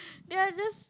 the others